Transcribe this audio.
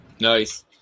Nice